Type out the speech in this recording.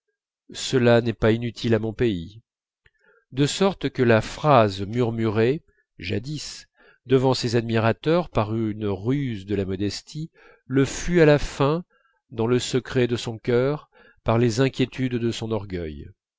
cela n'est pas inutile à mon pays de sorte que la phrase murmurée jadis devant ses admirateurs par une ruse de sa modestie le fut à la fin dans le secret de son cœur par les inquiétudes de son orgueil